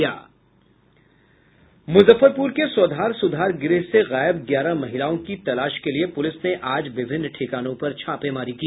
मुजफ्फरपुर के स्वधार सुधार गृह से गायब ग्यारह महिलाओं की तलाश के लिए पुलिस ने आज विभिन्न ठिकानों पर छापेमारी की